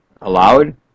allowed